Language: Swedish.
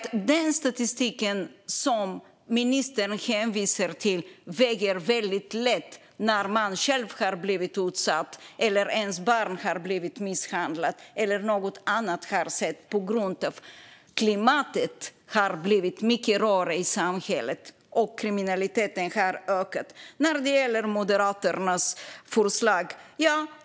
Den statistik som ministern hänvisar till väger väldigt lätt för den som själv har blivit utsatt, om ens barn har blivit misshandlat eller om något annat har skett på grund av att klimatet i samhället har blivit mycket råare och att kriminaliteten har ökat. Låt mig säga något om Moderaternas förslag.